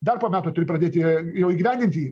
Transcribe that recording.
dar po metų turi pradėti jau įgyvendinti